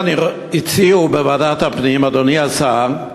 והציעו בוועדת הפנים, אדוני השר,